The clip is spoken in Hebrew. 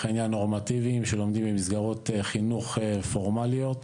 העניין נורמטיביים שלומדים במסגרות חינוך פורמליות,